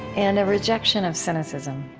and a rejection of cynicism